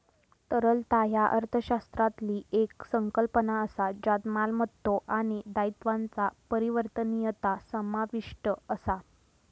तरलता ह्या अर्थशास्त्रातली येक संकल्पना असा ज्यात मालमत्तो आणि दायित्वांचा परिवर्तनीयता समाविष्ट असा